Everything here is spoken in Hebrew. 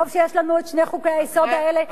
טוב שיש לנו שני חוקי-היסוד האלה.